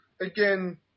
Again